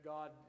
God